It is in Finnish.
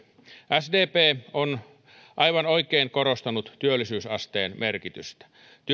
sdp on aivan oikein korostanut työllisyysasteen merkitystä